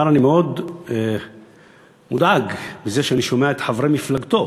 אבל אני מאוד מודאג מזה שאני שומע את חברי מפלגתו,